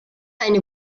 eine